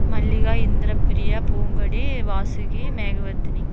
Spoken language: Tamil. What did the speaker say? மல்லிகா இந்திரப்ரியா பூங்கொடி வாசுகி மேகவர்த்தினி